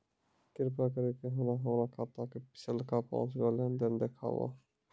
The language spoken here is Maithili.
कृपा करि के हमरा हमरो खाता के पिछलका पांच गो लेन देन देखाबो